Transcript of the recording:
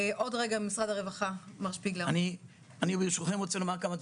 מאיר שפילגר, בבקשה.